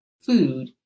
food